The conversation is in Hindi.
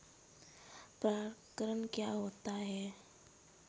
परागण क्या होता है?